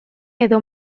edo